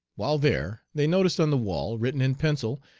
while there they noticed on the wall, written in pencil,